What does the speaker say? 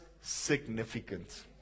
significant